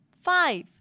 five